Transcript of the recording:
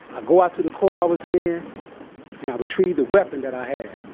i go out to the car i was in and i retrieve the weapon that i had.